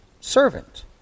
servant